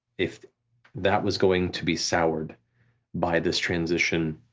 if that was going to be soured by this transition,